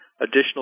additional